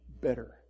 better